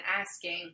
asking